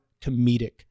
comedic